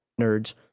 Nerds